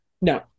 no